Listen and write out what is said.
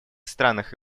странах